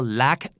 lack